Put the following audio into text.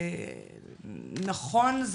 נכון,